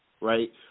right